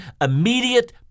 immediate